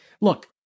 look